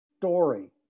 story